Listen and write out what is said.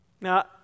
Now